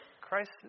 Christ